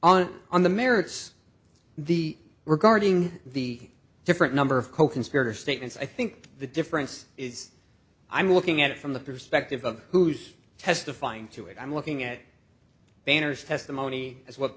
on on the merits the regarding the different number of coconspirator statements i think the difference is i'm looking at it from the perspective of who's testifying to it i'm looking at bangerz testimony as what